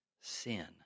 sin